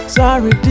Sorry